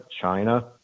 China